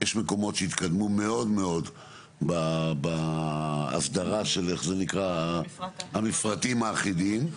יש מקומות שהתקדמו מאוד מאוד בהסדרה של המפרטים האחידים,